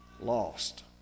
lost